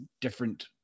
different